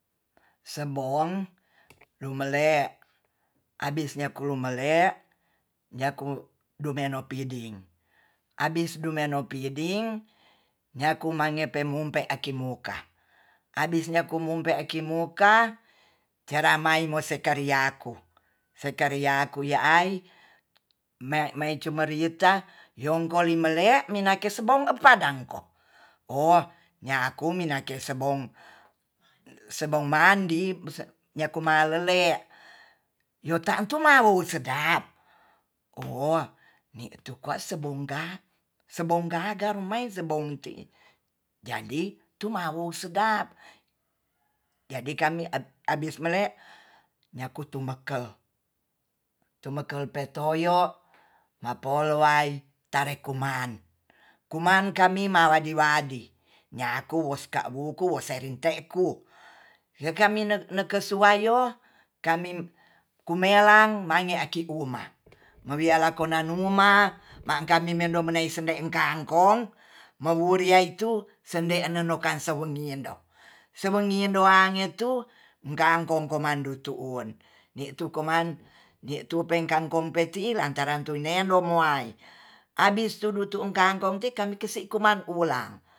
Sembong rumele abisnyaku mele nyaku domino piding abis demeno piding abis dumeno piding nyaku mangepe mumpe aki muka abis nyaku mumpe ki muka ceramai mose kariaku sekariaku ya'ai me-meicumarita youkoli mele minake sebong epadangko o nyaku minake sebong. sebong mandi nyaku malele yutatumawo sedap o ni tu kwa sebongka, sebong gaga mai mai sebong ti'i jadi tu mau sedap jadi kami abis mele nyaku tumbekel, tumbekel petoyo mapolo wai tarek kuman, kuman kami mawadi-wadi nyaku oska wuku woserinbg teku yekamine neke suwaiyo kami kumela mange aki uma mawia lakon nanuma makami mendom nei sede kangkong mowurai tu sende nenokan sowun ngindo, sayun ngindo angetu kangkong koman dutu'un ditu koman ditu peng kangkong peti lantaran tu nendo muai abis tudutu kangkong ti kami kisi kuman ulang